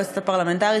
היועצת הפרלמנטרית,